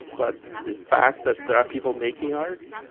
but the fact that there are people making art,